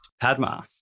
padma